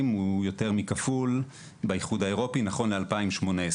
בישראל הוא יותר מכפול מאשר באיחוד האירופי נכון ל-2018.